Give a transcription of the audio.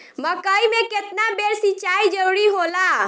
मकई मे केतना बेर सीचाई जरूरी होला?